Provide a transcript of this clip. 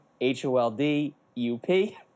H-O-L-D-U-P